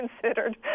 considered